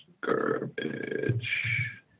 Garbage